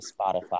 spotify